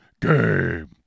game